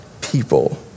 people